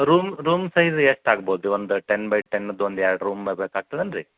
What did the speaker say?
room room size ಎಷ್ಟಾಗ್ಬೌದು ಒಂದು ten by ಟೆನ್ದು ಒಂದೆರಡು ರೂಮ್ ಬೇಕಾಗ್ತದೇನು ರಿ